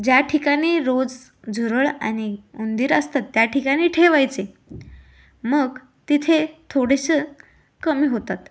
ज्या ठिकाणी रोज झुरळ आणि उंदीर असतात त्या ठिकाणी ठेवायचे मग तिथे थोडेसे कमी होतात